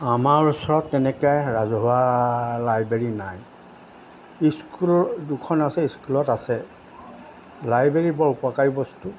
আমাৰ ওচৰত তেনেকৈ ৰাজহুৱা লাইব্ৰেৰী নাই স্কুল দুখন আছে স্কুলত আছে লাইব্ৰেৰী বৰ উপকাৰী বস্তু